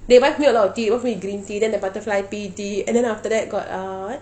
it reminds me a lot of tea green tea then the butterfly pea tea then after that got what